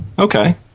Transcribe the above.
Okay